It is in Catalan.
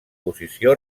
posició